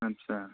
आच्छा